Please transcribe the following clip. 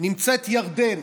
נמצאת ירדן,